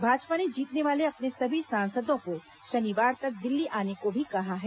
भाजपा ने जीतने वाले अपने सभी सांसदों को शनिवार तक दिल्ली आने को भी कहा है